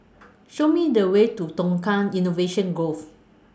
Show Me The Way to Tukang Innovation Grove